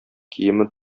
киеме